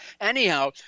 anyhow